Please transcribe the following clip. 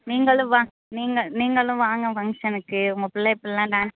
நீங்களும் வாங்க நீங்களும் நீங்களும் வாங்க ஃபங்க்ஷனுக்கு உங்கள் பிள்ளை எப்படிலாம் டான்ஸ்